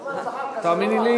זה לא